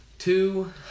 two